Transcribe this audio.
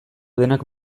denak